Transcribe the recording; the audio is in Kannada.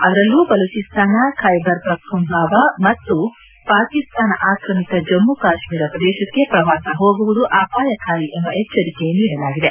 ಅದರಲ್ಲೂ ಬಲೂಚಿಸ್ತಾನ ಖೈಬರ್ ಪಖ್ತುನ್ಖಾವ ಮತ್ತು ಪಾಕಿಸ್ತಾನ ಆಕ್ರಮಿತ ಜಮ್ಮೆ ಕಾಶ್ಮೀರ ಪ್ರದೇಶಕ್ಕೆ ಪ್ರವಾಸ ಹೋಗುವುದು ಅಪಾಯಕಾರಿ ಎಂಬ ಎಚ್ಚರಿಕೆ ನೀಡಲಾಗಿದೆ